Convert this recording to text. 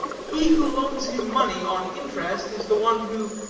he who loans him money on interest is the one who,